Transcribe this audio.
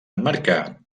emmarcar